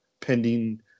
pending